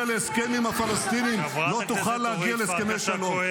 להסכם עם הפלסטינים לא תוכל להגיע להסכמי שלום.